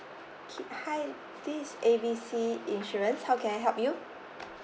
okay hi this A B C insurance how can I help you